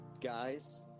guys